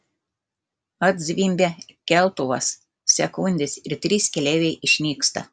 atzvimbia keltuvas sekundės ir trys keleiviai išnyksta